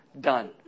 done